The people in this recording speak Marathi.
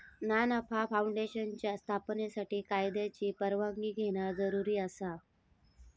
ना नफा फाऊंडेशनच्या स्थापनेसाठी कायद्याची परवानगी घेणा जरुरी आसा